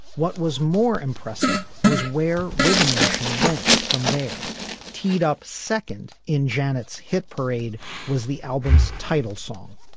what was more impressive was where rhythm nation went from there teed up second in janet's hit parade was the album's title song